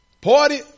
Party